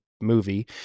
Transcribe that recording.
movie